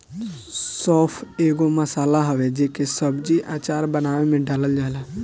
सौंफ एगो मसाला हवे जेके सब्जी, अचार बानवे में डालल जाला